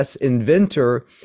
inventor